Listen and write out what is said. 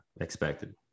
expected